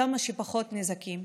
עם כמה שפחות נזקים,